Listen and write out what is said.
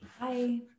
Bye